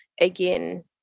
again